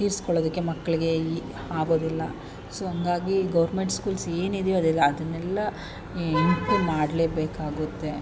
ತೀರಿಸ್ಕೊಳ್ಳೊದಕ್ಕೆ ಮಕ್ಕಳ್ಗೆ ಈ ಆಗೋದಿಲ್ಲ ಸೋ ಹಾಗಾಗಿ ಗೌರ್ಮೆಂಟ್ ಸ್ಕೂಲ್ಸ್ ಏನಿದೆಯೋ ಅದೆಲ್ಲಾ ಅದನ್ನೆಲ್ಲಾ ಇಂಪ್ರೂ ಮಾಡಲೇಬೇಕಾಗುತ್ತೆ